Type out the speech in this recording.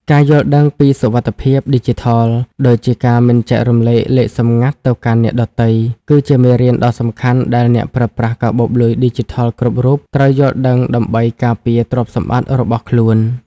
ការយល់ដឹងពីសុវត្ថិភាពឌីជីថល ដូចជាការមិនចែករំលែកលេខសម្ងាត់ទៅកាន់អ្នកដទៃ គឺជាមេរៀនដ៏សំខាន់ដែលអ្នកប្រើប្រាស់កាបូបលុយឌីជីថលគ្រប់រូបត្រូវយល់ដឹងដើម្បីការពារទ្រព្យសម្បត្តិរបស់ខ្លួន។